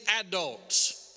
adults